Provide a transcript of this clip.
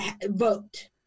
vote